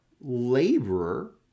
laborer